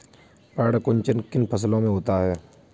पर्ण कुंचन किन फसलों में होता है?